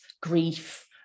grief